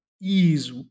ease